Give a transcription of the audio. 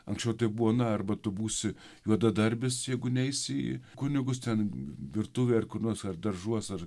anksčiau tai būna arba tu būsi juodadarbis jeigu neisi į kunigus ten virtuvė ar kur nors ar daržuos ar